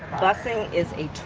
busing is a